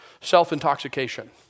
self-intoxication